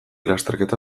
lasterketa